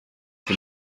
dem